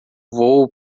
voo